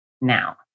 now